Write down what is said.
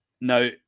Now